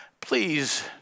please